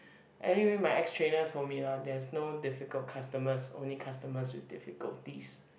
anyway my ex trainer told me lah there's no difficult customers only customers with difficulties